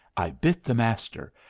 i bit the master,